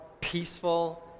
peaceful